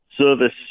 service